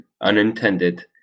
unintended